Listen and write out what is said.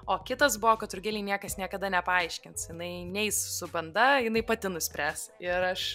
o kitas buvo kad rugilei niekas niekada nepaaiškins jinai neis su banda jinai pati nuspręs ir aš